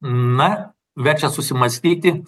na verčia susimąstyti